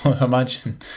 Imagine